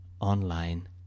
online